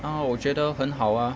err 我觉得很好啊